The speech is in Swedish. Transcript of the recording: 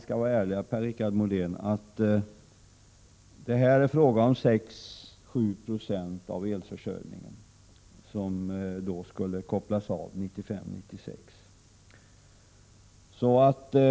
skall vara ärliga, Per-Richard Molén, kan vi ändå konstatera att det är fråga om att 6-7 90 av elförsörjningen skulle kopplas bort 1995-1996.